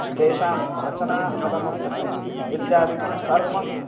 तेषां रचना कथं वर्तते इत्यादिकं सर्वम्